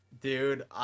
Dude